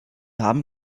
haben